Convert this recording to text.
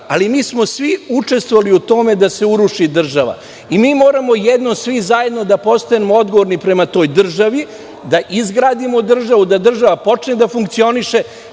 ali mi smo svi učestvovali u tome da se uruši država. Mi moramo jednom svi zajedno da postanemo odgovorni prema toj državi da izgradimo državu, da država počne da funkcioniše